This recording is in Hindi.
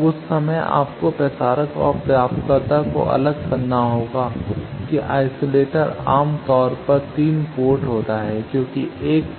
अब उस समय आपको प्रसारक और प्राप्तकर्ता को अलग करना होगा कि आइसोलेटर आमतौर पर 3 पोर्ट होता है क्योंकि